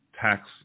tax